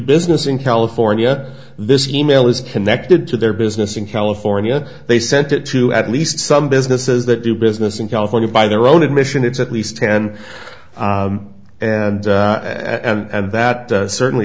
business in california this e mail is connected to their business in california they sent it to at least some businesses that do business in california by their own admission it's at least ten and and that certainly